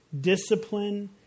discipline